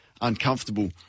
uncomfortable